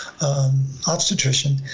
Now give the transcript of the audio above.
obstetrician